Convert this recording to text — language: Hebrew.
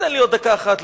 תן לי עוד דקה אחת,